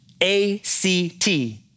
A-C-T